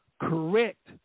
correct